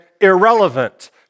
irrelevant